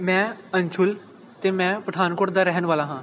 ਮੈਂ ਅੰਸ਼ੁਲ ਅਤੇ ਮੈਂ ਪਠਾਨਕੋਟ ਦਾ ਰਹਿਣ ਵਾਲਾ ਹਾਂ